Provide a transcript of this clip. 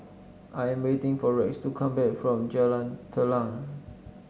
I am waiting for Rex to come back from Jalan Telang